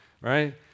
right